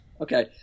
Okay